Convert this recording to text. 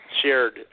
shared